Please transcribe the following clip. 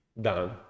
done